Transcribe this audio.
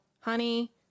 honey